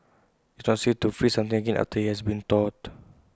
IT is not safe to freeze something again after IT has thawed